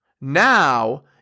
now